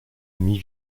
amie